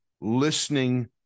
listening